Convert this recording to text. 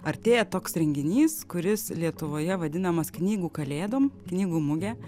artėja toks renginys kuris lietuvoje vadinamas knygų kalėdom knygų mugė